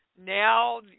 now